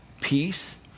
peace